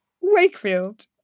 Wakefield